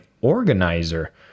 organizer